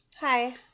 Hi